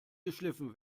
geschliffen